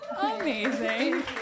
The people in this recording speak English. amazing